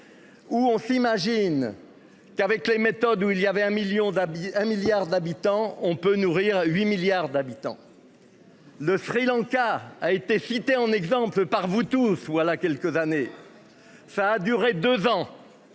Ou on s'imagine. Qu'avec les méthodes où il y avait un million d'habitants, un milliard d'habitants, on peut nourrir 8 milliards d'habitants. Le Sri Lanka a été cité en exemple par vous tous ou à là quelques années. Ça a duré 2 ans.